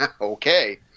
Okay